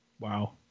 Wow